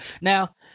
now